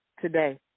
Today